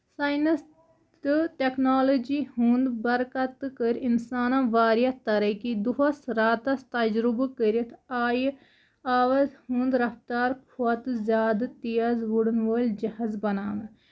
science تہٕ technology ہُند برکت تہٕ کٔرۍ اِنسانن واریاہ ترقی دۄہَس راتَس تَجرُبہٕ کٔرِتھ آیہِ آواز ہُند رَفتار کھۄتہٕ زیادٕ تیٖز وُڈُن وول جَہازٕ بَناونہٕ